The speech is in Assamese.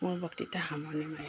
মোৰ বক্তৃতা সামৰণি মাৰিলোঁ